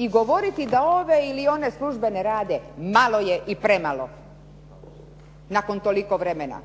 i govoriti da ove ili one službene rade malo je i premalo nakon toliko vremena.